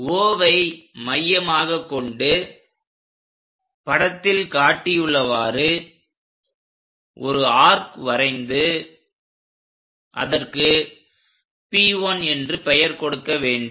Oவை மையமாகக் கொண்டு படத்தில் காட்டியுள்ளவாறு ஒரு ஆர்க் வரைந்து அதற்கு P1 என்று பெயர் கொடுக்க வேண்டும்